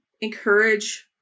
encourage